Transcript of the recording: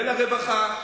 ולרווחה,